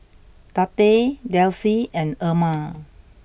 Tate Delcie and Erma